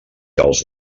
els